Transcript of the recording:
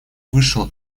вышел